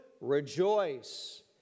Rejoice